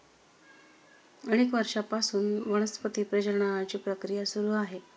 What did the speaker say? अनेक वर्षांपासून वनस्पती प्रजननाची प्रक्रिया सुरू आहे